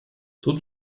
тут